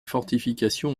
fortifications